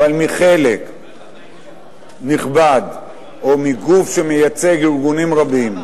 אבל מחלק נכבד או מגוף שמייצג ארגונים רבים,